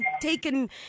taken